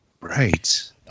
Right